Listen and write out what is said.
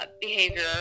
behavior